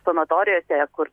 sanatorijose kur